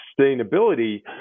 sustainability